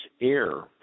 air